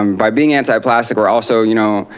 um by being anti-plastic we're also, you know,